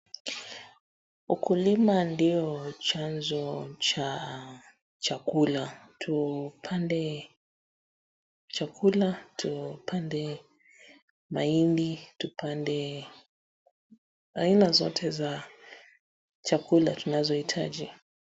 Ukulima ndio chanzo cha chakula, tupande chakula, tupande mahindi, tupande aina zote za chakula tunazohitaji .